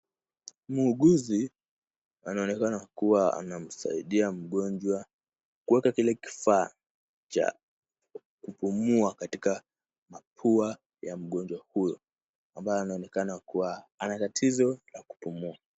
Muuguzi anaonekana kuwa anamsaidia mgonjwa kuweka kile kifaa cha kupumua katika pua ya mgonjwa huyo ambaye anaonekana kuwa ana tatizo ya kupumua.